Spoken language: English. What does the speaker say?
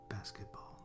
Basketball